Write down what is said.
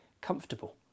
comfortable